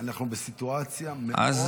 אנחנו בסיטואציה מאוד מורכבת.